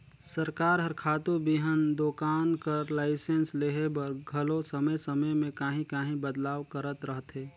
सरकार हर खातू बीहन दोकान कर लाइसेंस लेहे बर घलो समे समे में काहीं काहीं बदलाव करत रहथे